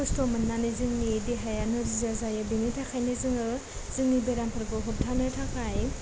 खस्थ' मोननानै जोंनि देहाया नोरजिया जायो बेनि थाखायनो जोङो जोंनि बेरामफोरखौ होबथानो थाखाय